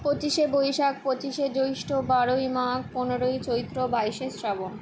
পঁচিশে বৈশাখ পঁচিশে জ্যৈষ্ঠ বারোই মাঘ পনেরোই চৈত্র বাইশে শ্রাবণ